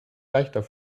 leichter